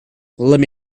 lemme